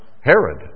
Herod